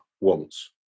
wants